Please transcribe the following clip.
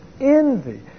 envy